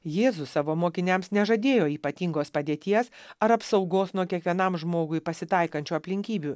jėzus savo mokiniams nežadėjo ypatingos padėties ar apsaugos nuo kiekvienam žmogui pasitaikančių aplinkybių